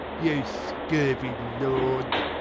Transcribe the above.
you scurvy lord!